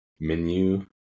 Menu